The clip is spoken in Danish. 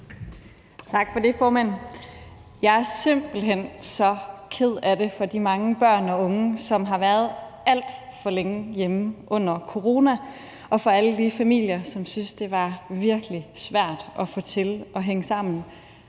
Tak for det, formand. Jeg er simpelt hen så ked af det på vegne af de mange børn og unge, som har været alt for længe hjemme under corona, og alle de familier, som syntes, det var virkelig svært at få det til at hænge sammen,